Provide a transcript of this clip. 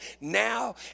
now